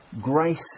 Grace